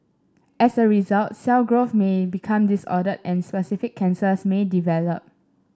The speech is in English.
as a result cell growth may become disordered and specific cancers may develop